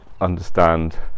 understand